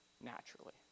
naturally